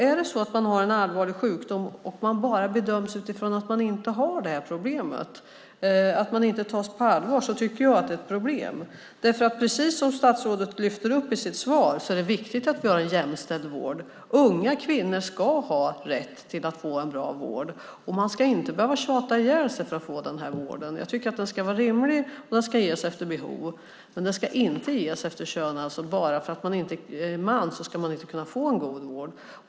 Är det så att man har en allvarlig sjukdom men bara bedöms utifrån att man inte har de här besvären, att man inte tas på allvar, tycker jag att det är ett problem. Precis som statsrådet lyfter fram i sitt svar är det viktigt att vi har en jämställd vård. Unga kvinnor ska ha rätt att få en bra vård, och man ska inte behöva tjata ihjäl sig för att få den vården. Jag tycker att den ska vara rimlig och att den ska ges efter behov, men den ska inte ges efter kön så att en patient bara för att hon inte är man inte ska kunna få en god vård.